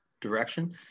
direction